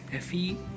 Fe